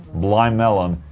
blind melon,